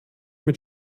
mit